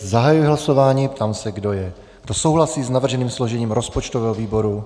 Zahajuji hlasování a ptám se, kdo souhlasí s navrženým složením rozpočtového výboru.